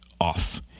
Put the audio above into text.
off